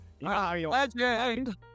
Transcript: Legend